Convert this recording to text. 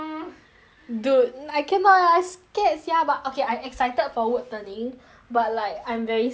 dude I cannot I scared sia but okay I excited for wood turning but like I'm very scared